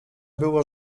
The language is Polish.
było